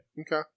Okay